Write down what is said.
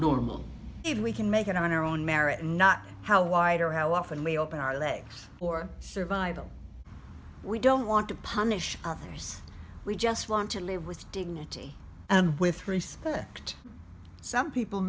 normal if we can make it on our own merit not how wide or how often we open our legs or survival we don't want to punish others we just want to live with dignity and with respect some people